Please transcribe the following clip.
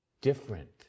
different